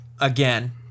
again